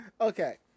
Okay